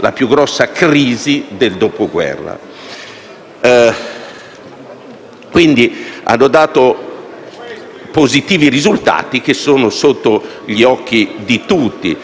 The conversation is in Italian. la più grande crisi dal dopoguerra. Quell'azione ha dato positivi risultati che sono sotto gli occhi di tutti.